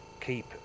keep